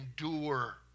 endure